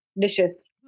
dishes